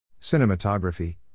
Cinematography